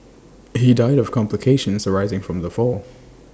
he died of complications arising from the fall